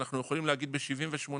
אנחנו יכולים להגיד ב-78%